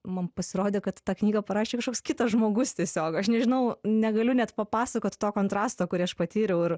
man pasirodė kad tą knygą parašė kažkoks kitas žmogus tiesiog aš nežinau negaliu net papasakot to kontrasto kurį aš patyriau ir